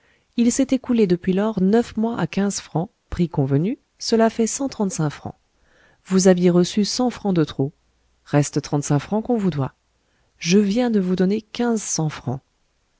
il s'est écoulé depuis lors neuf mois à quinze francs prix convenu cela fait cent trente-cinq francs vous aviez reçu cent francs de trop reste trente-cinq francs qu'on vous doit je viens de vous donner quinze cents francs